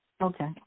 Okay